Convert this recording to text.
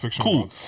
cool